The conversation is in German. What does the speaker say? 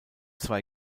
zwei